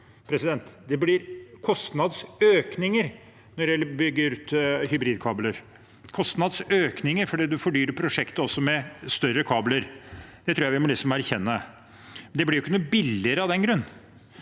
Det blir kostnadsøkninger når en bygger ut hybridkabler – kostnadsøkninger – fordi en fordyrer prosjektet også med større kabler. Det tror jeg vi må erkjenne. Det blir jo ikke noe billigere av den grunn.